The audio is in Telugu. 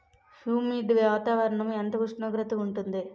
హ్యుమిడ్ వాతావరణం ఎంత ఉష్ణోగ్రత ఉంటుంది?